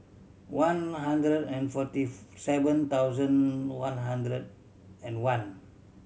one hundred and forty seven thousand one hundred and one